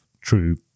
true